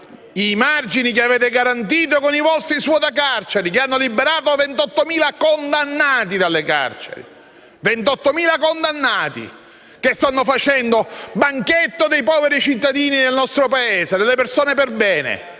i margini che voi avete garantito con i vostri svuotacarceri, che hanno liberato 28.000 condannati; 28.000 condannati, che stanno facendo banchetto a dispetto dei poveri cittadini del nostro Paese, delle persone perbene.